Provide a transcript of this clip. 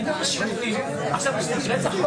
אמרתי, אחר כך.